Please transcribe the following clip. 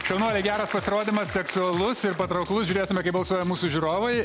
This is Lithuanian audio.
šaunuoliai geras pasirodymas seksualus ir patrauklus žiūrėsime kaip balsuoja mūsų žiūrovai